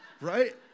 Right